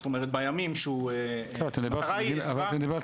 זאת אומרת בימים שהוא --- אתם דיברתם